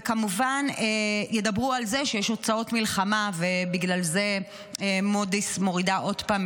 וכמובן ידברו על זה שיש הוצאות מלחמה ובגלל זה מודי'ס מורידה עוד פעם